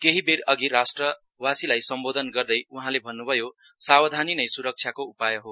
केहीबेर अधि राष्ट्रवासीलाई सम्बोदन गर्दै वहांले सावधानी नै सुरक्षाको उपाय हो